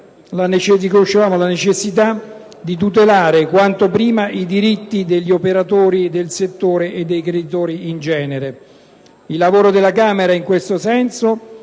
la necessità di tutelare quanto prima i diritti degli operatori del settore e dei creditori in genere. Il lavoro della Camera in questo senso